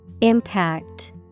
Impact